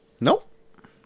Nope